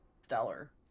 stellar